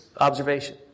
observation